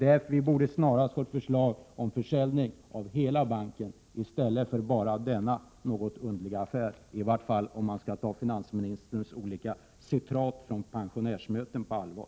Därför borde vi snarast få ett förslag om försäljning av hela PKbanken i stället för denna något underliga affär, i vart fall om man skall ta citaten från finansministerns olika uttalanden vid pensionärsmöten på allvar.